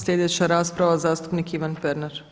Sljedeća rasprava zastupnik Ivan Pernar.